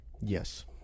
Yes